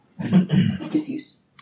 diffuse